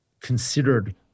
considered